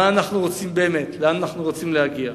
מה אנו רוצים באמת, לאן אנו רוצים להגיע.